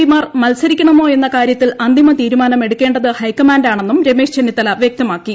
പിമാർ മത്സരിക്കണമോ എന്ന കാര്യത്തിൽ അന്തിമ തീരുമാനം എടുക്കേണ്ടത് ഹൈക്കമാന്റ് ആണെന്നും രമേശ് ചെന്നിത്തല വൃക്തമാക്കി